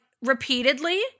repeatedly